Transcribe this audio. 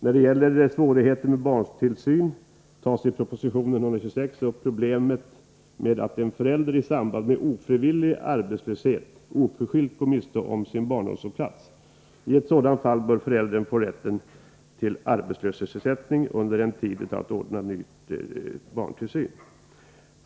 När det gäller svårigheter med barntillsyn tas i proposition 126 upp problemet med att en förälder i samband med ofrivillig arbetslöshet oförskyllt går miste om sin barnomsorgsplats. I ett sådant fall bör föräldern få behålla rätten till arbetslöshetsersättning under den tid det tar att på nytt ordna barntillsyn.